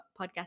podcast